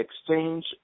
Exchange